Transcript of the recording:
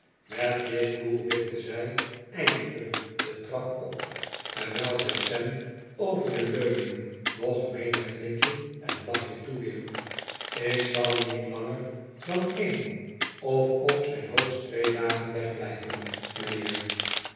met dit doel wipte zij eindelijk de trap op terwijl zij sam over de leuning nog menig knikje en lachje toewierp ik zal niet langer dan een of op zijn hoogst twee dagen wegblijven mijnheer